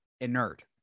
inert